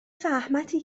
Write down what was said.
زحمتی